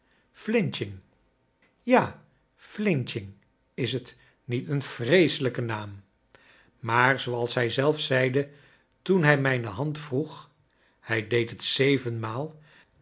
ja flinching is t niet een vreeselijke naam maar zooals hij zelf zeide toen hij mrjne hand vroeg hij deed het zevenmaal